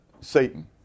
Satan